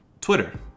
Twitter